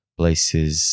places